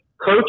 coach